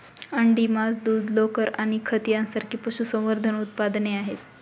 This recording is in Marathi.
अंडी, मांस, दूध, लोकर आणि खत यांसारखी पशुसंवर्धन उत्पादने आहेत